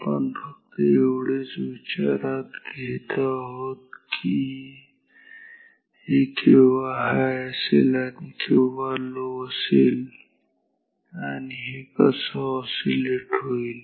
आपण फक्त एवढेच विचारात घेत आहोत की हे केव्हा हाय असेल केव्हा लो असेल आणि हे कसं असे ऑसीलेट होईल